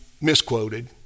misquoted